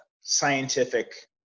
scientific